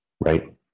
Right